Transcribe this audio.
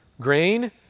grain